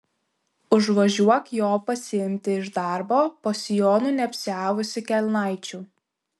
užvažiuok jo pasiimti iš darbo po sijonu neapsiavusi kelnaičių